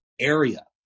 area